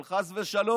אבל חס ושלום,